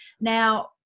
now